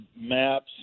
maps